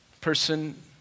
Person